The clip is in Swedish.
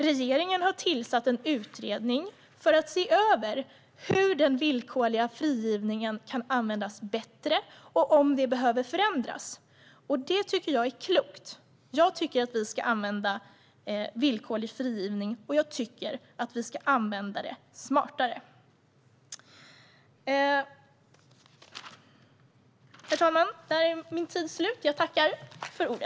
Regeringen har tillsatt en utredning för att se över hur den villkorliga frigivningen kan användas bättre och om något behöver förändras. Det är klokt, för jag tycker att vi ska använda villkorlig frigivning smartare.